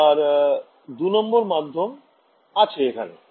এবার ২ নং মাধ্যম আছে এখানে